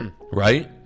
right